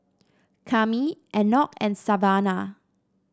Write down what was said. Kami Enoch and Savanna